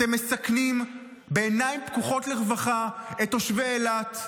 אתם מסכנים בעיניים פקוחות לרווחה את תושבי אילת,